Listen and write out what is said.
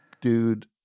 dude